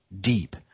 deep